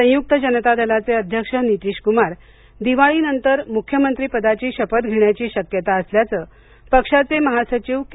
संयुक्त जनता दलाचे अध्यक्ष नितीश कुमार दिवाळीनंतर मुख्यमंत्री पदाची शपथ घेण्याची शक्यता असल्याचं पक्षाचे महासचिव के